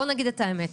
בוא ונגיד את האמת,